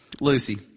Lucy